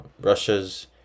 Russia's